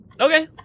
Okay